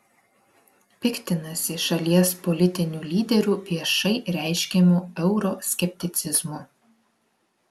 piktinasi šalies politinių lyderių viešai reiškiamu euroskepticizmu